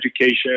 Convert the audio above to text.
education